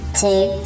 two